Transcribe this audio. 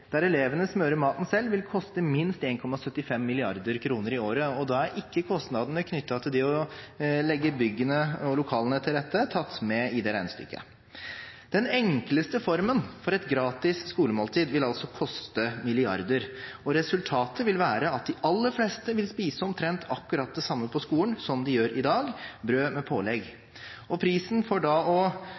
der elevene smører maten selv, vil koste minst 1,75 mrd. kr i året, og da er ikke kostnadene knyttet til å legge til rette bygg og lokaler tatt med i regnestykket. Den enkleste formen for et gratis skolemåltid vil altså koste milliarder, og resultatet vil være at de aller fleste vil spise omtrent akkurat det samme på skolen som de gjør i dag: brød med pålegg. Prisen for